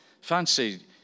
Fancy